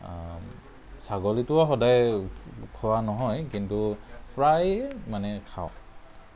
ছাগলীটোও সদায় খোৱা নহয় কিন্তু প্ৰায়ে মানে খাওঁ